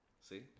See